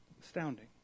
astounding